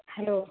hello